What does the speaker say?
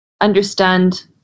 understand